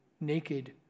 Naked